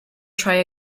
try